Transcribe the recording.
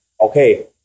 okay